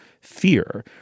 fear